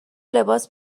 لباس